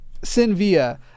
Sinvia